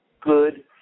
good